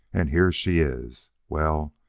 and here she is. well,